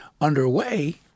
underway